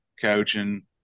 coaching